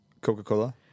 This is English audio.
coca-cola